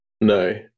No